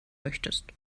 möchtest